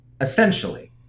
Essentially